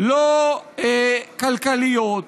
לא כלכליות,